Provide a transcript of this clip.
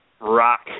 rock